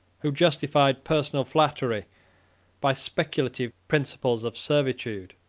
who justified personal flattery by speculative principles of servitude.